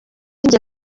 njye